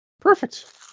perfect